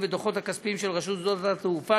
והדוחות הכספיים של רשות שדות התעופה.